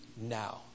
now